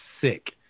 sick